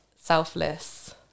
selfless